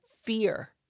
fear